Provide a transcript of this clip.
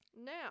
Now